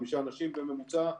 חמישה אנשים בממוצע,